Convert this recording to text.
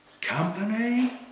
company